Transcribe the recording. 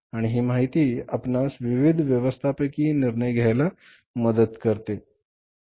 आणि ही माहिती आपणास विविध व्यवस्थापकीय निर्णय घ्यायला मदत करते